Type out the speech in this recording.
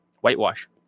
whitewash